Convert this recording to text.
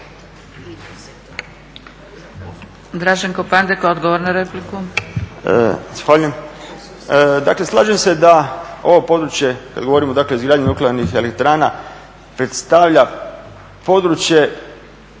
Draženko Pandek, odgovor na repliku.